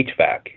HVAC